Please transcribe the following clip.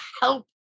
help